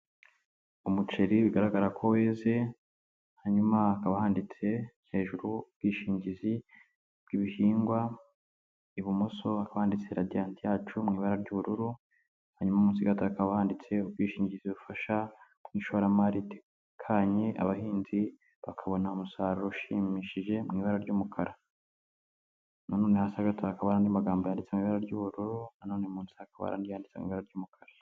Umuceri bigaragara ko weze hanyuma hakaba handitse hejuru ubwishingizi bw'ibihingwa ibumoso hakaba handitse radiant yacu mu ibara ry'ubururu hanyuma umunsi gato hakaba handitse ubwishingizi bufasha mu ishoramari ritanye abahinzi bakabona umusaruro ushimishije mu ibara ry'umukara na none hasi gato handitse magambo yanditse mu ibara ry'ubururu munsi hakaba handitse mu ibara ry'umukara.